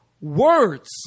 words